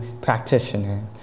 practitioner